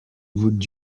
would